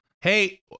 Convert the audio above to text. hey